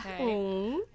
okay